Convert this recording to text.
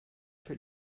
for